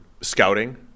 scouting